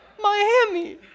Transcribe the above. Miami